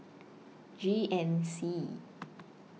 G N C